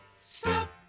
stop